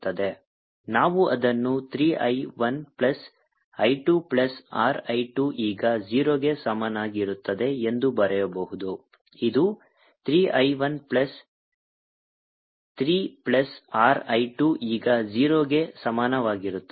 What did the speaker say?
ನಾವು ಅದನ್ನು 3 I 1 plus I 2 plus R I 2 ಈಗ 0 ಗೆ ಸಮನಾಗಿರುತ್ತದೆ ಎಂದು ಬರೆಯಬಹುದು ಇದು 3 I 1 plus 3 plus R I 2 ಈಗ 0 ಗೆ ಸಮಾನವಾಗಿರುತ್ತದೆ